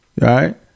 right